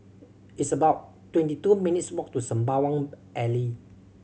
it's about twenty two minutes' walk to Sembawang Alley